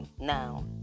now